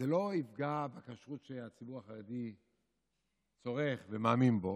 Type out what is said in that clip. זה לא יפגע בכשרות שהציבור החרדי צורך ומאמין בה.